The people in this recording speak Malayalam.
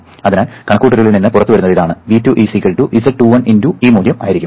അതിനാൽ കണക്കുകൂട്ടലിൽ നിന്ന് പുറത്തുവരുന്നത് ഇതാണ് V2 z21 × ഈ മൂല്യം ആയിരിക്കും